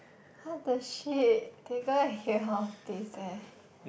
what the shit they gonna hear all this eh